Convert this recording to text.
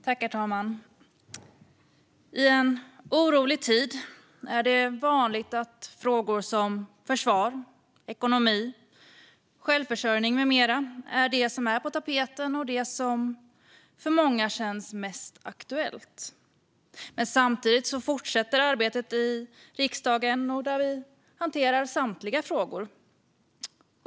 Herr talman! I en orolig tid är det vanligt att frågor om försvar, ekonomi, självförsörjning med mera är det som är på tapeten och det som för många känns mest aktuellt. Samtidigt fortsätter arbetet i riksdagen, där vi hanterar samtliga frågor.